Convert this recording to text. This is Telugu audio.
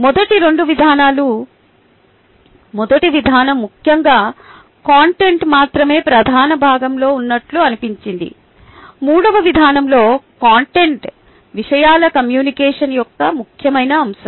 మొదటి రెండు విధానాలు మొదటి విధానం ముఖ్యంగా - కంటెంట్ మాత్రమే ప్రధాన భాగంలో ఉన్నట్లు అనిపించింది మూడవ విధానంలో కంటెంట్ విషయాల కమ్యూనికేషన్ యొక్క ముఖ్యమైన అంశం